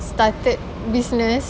started business